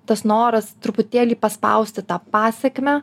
tas noras truputėlį paspausti tą pasekmę